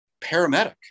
paramedic